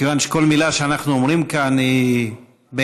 מכיוון שכל מילה שאנחנו אומרים כאן היא בעיניי,